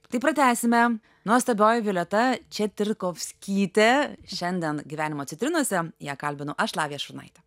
tai pratęsime nuostabioji violeta četyrkovskytė šiandien gyvenimo citrinose ją kalbinu aš lavija šurnaitė